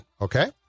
okay